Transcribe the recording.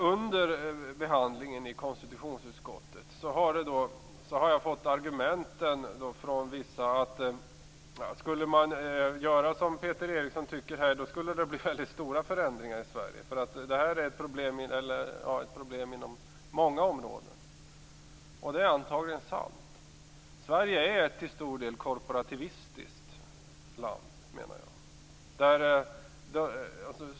Under behandlingens gång i konstitutionsutskottet har jag från vissa hört argumentet: Om man gjorde som Peter Eriksson tycker här skulle det bli väldigt stora förändringar i Sverige. Det här är ju ett problem inom många områden. Det är antagligen sant. Sverige är till stor del ett korporativistiskt land, menar jag.